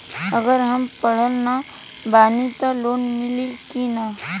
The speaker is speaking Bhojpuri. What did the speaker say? अगर हम पढ़ल ना बानी त लोन मिली कि ना?